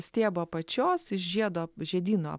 stiebo apačios iš žiedo žiedyno